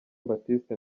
baptiste